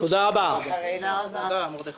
תודה מרדכי.